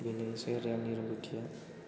बेनोसै आरो आंनि रोंगौथिया